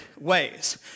ways